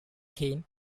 kain